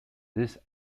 this